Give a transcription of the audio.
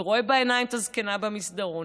ורואים בעיניים את הזקנה במסדרון,